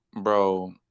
Bro